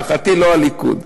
להערכתי, לא הליכוד.